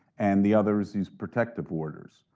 and the other is these protective orders.